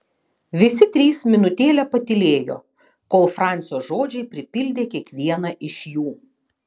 visi trys minutėlę patylėjo kol francio žodžiai pripildė kiekvieną iš jų